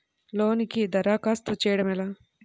లోనుకి దరఖాస్తు చేయడము ఎలా?